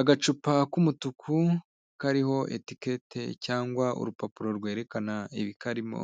Agacupa k'umutuku kariho etikete cyangwa urupapuro rwerekana ibikarimo,